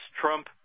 Trump